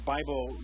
Bible